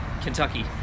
Kentucky